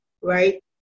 right